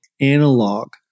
analog